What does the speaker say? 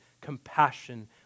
compassion